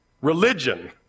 religion